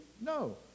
No